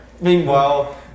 Meanwhile